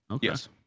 Yes